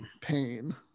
pain